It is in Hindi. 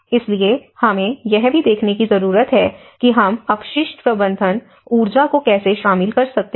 इसलिए हमें यह देखने की जरूरत है कि हम अपशिष्ट प्रबंधन ऊर्जा को कैसे शामिल कर सकते हैं